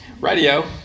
radio